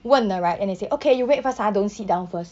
问了 right then they say okay you wait first ah don't sit down first